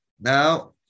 Now